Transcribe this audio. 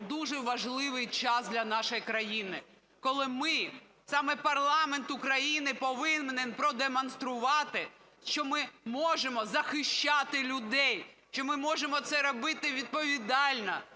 дуже важливий час для нашої країни, коли ми, саме парламент України, повинен продемонструвати, що ми можемо захищати людей, що ми можемо це робити відповідально,